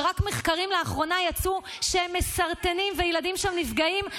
שרק לפי מחקרים שיצאו לאחרונה הם מסרטנים וילדים שם נפגעים,